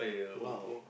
!wow!